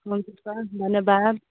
हुन्छ सर धन्यवाद